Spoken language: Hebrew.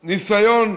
שהניסיון,